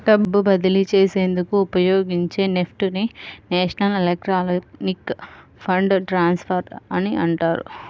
డబ్బు బదిలీ చేసేందుకు ఉపయోగించే నెఫ్ట్ ని నేషనల్ ఎలక్ట్రానిక్ ఫండ్ ట్రాన్స్ఫర్ అంటారు